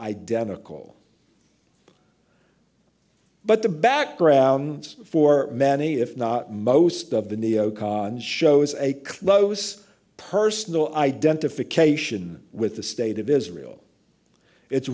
identical but the background for many if not most of the neo cons shows a close personal identification with the state of israel it's